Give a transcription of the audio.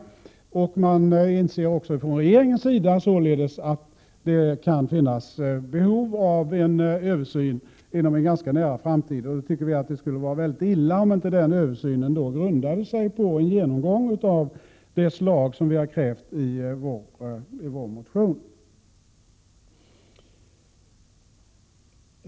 Även från regeringens sida inser man således att det kan finnas behov av en översyn inom en ganska nära framtid, och då tycker vi att det skulle vara illa om den översynen inte grundade sig på en genomgång av det slag som vi har krävt i vår motion.